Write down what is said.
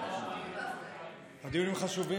הדיונים חשובים,